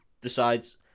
decides